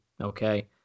okay